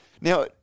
Now